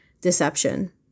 deception